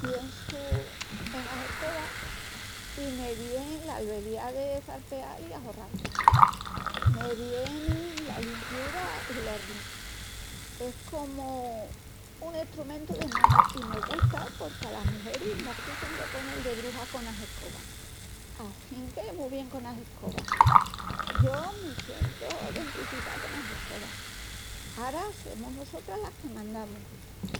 Piensu ena escoba i me vien l'albeliá de çarpeal i ajorral. Me vienin la limpiura i l'ordin. Es comu un estrumentu de mandu i me gusta porque alas mugeris mos quixun de ponel de bruxas conas escobas assinque mu bien conas escobas, yo me sientu dentificá conas escobas, ara semus nusotras las que mandamus,